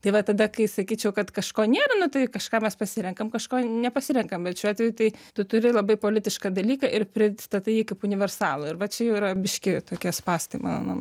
tai va tada kai sakyčiau kad kažko nėra nu tai kažką mes pasirenkam kažko nepasirenkam bet šiuo atveju tai tu turi labai politišką dalyką ir pristatai jį kaip universalų ir va čia yra biškį tokie spąstai mano nuomone